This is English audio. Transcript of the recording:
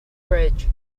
bridge